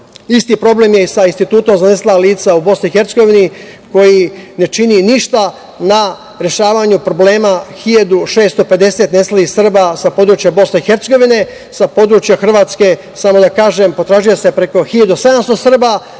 problem je i sa Institutom za nestala lica u BiH koji ne čini ništa na rešavanju problema 1.650 nestalih Srba sa područja BiH. Sa područja Hrvatske, samo da kažem, potražuje se preko 1.700 Srba,